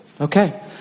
Okay